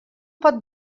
pot